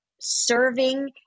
serving